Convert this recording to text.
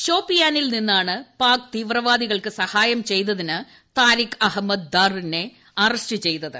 ഷോപ്പിയാനിൽ നിന്നാണ് പാക് തീവ്രവാദികൾക്ക് സഹായം ചെയ്തതിന് താരിഖ് അഹമ്മദ് ദാറിനെ അറസ്റ്റ് ചെയ്തത്